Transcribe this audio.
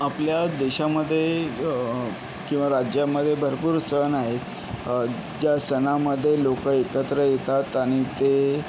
आपल्या देशामध्ये किंवा राज्यामध्ये भरपूर सण आहेत ज्या सणामध्ये लोक एकत्र येतात आणि ते